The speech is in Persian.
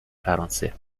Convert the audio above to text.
فرانسه